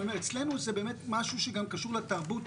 אצלנו זה באמת משהו שגם קשור לתרבות